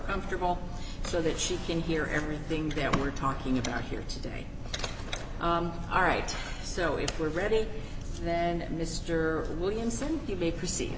comfortable so that she can hear everything there we're talking about here today all right so if we're ready then mr williamson you may proce